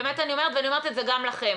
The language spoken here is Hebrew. באמת אני אומרת ואני אומרת את זה גם לכם,